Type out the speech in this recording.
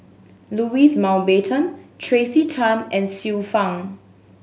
Louis Mountbatten Tracey Tan and Xiu Fang